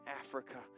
Africa